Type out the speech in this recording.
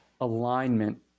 alignment